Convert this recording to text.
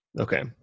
Okay